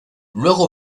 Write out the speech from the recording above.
luego